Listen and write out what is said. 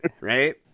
right